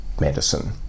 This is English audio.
medicine